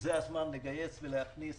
זה הזמן לגייס ולהכניס